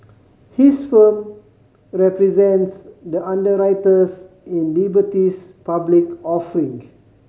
his firm represents the underwriters in Liberty's public offering